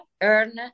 earn